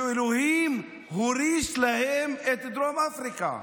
שאלוהים הוריש להם את דרום אפריקה.